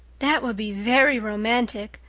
that would be very romantic,